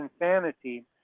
insanity